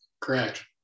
Correct